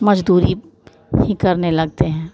मजदूरी ही करने लगते हैं